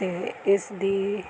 ਅਤੇ ਇਸਦੀ